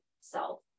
self